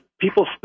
people